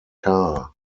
carr